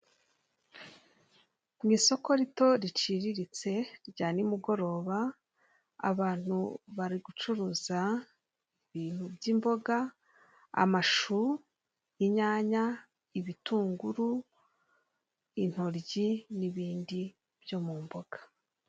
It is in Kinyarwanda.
Mu isoko rito riciriritse rya nimugoroba, abantu bari gucuruza ibintu by'imboga, amashu inyanya, ibitunguru, intoryi n'ibindi byo mu mboga.